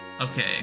Okay